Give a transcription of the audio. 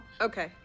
Okay